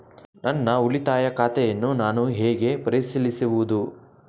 ನನ್ನ ಉಳಿತಾಯ ಖಾತೆಯನ್ನು ನಾನು ಹೇಗೆ ಪರಿಶೀಲಿಸುವುದು?